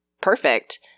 perfect